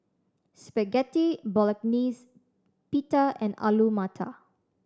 Spaghetti Bolognese Pita and Alu Matar